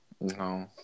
No